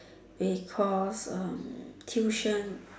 because um tuition